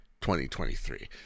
2023